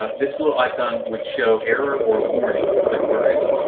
ah this little icon would show error or warning, if there were any.